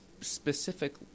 specific